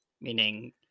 meaning